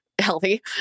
Healthy